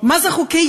מה זה חוקי-יסוד?